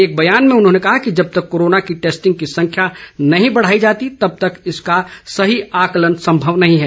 एक बयान में उन्होंने कहा कि जब तक कोरोना की टैस्टिंग की संख्या नहीं बढ़ाई जाती तब तक इसका सही आकलन संभव नहीं है